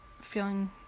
feeling